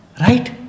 Right